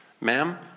Ma'am